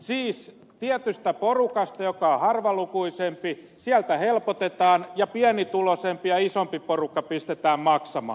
siis tietystä porukasta joka on harvalukuisempi helpotetaan ja pienituloisempi ja isompi porukka pistetään maksamaan